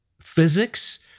physics